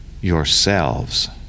yourselves